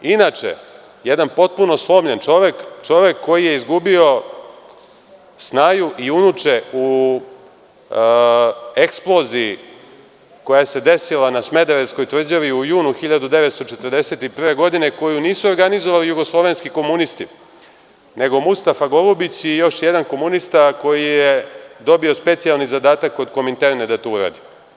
Inače, jedan potpuno slomljen čovek, čovek koji je izgubio snaju i unuče u eksploziji koja se desila na Smederevskoj tvrđavi u junu 1941. godine, koju nisu organizovali jugoslovenski komunisti, nego Mustafa Golubić i još jedan komunista koji je dobio specijalni zadatak od Kominterne da to uradi.